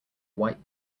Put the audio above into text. white